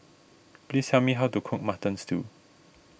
please tell me how to cook Mutton Stew